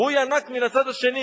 והוא ינק מהצד השני.